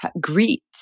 greet